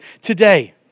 today